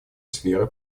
сферы